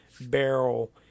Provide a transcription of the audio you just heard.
barrel